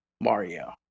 Mario